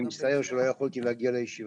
אני מצטער שלא יכולתי להגיע לישיבה,